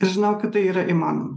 žinokit tai yra įmanoma